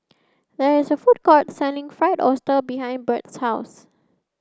there is a food court selling Fried Oyster behind Bert's house